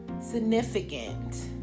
significant